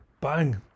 bang